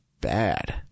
bad